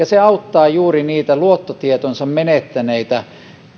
se auttaa juuri niitä luottotietonsa menettäneitä